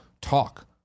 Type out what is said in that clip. talk